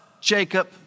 Jacob